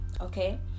okay